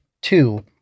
two